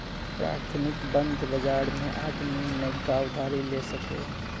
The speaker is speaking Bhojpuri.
प्राथमिक बंध बाजार मे आदमी नइका उधारी ले सके